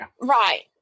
Right